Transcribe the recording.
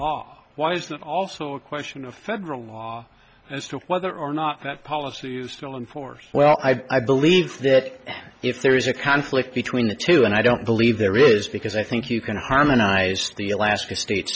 law why is that also a question of federal law as to whether or not that policy is still in force well i believe that if there is a conflict between the two and i don't believe there is because i think you can harmonize the alaska state